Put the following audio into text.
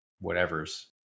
whatever's